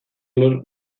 alor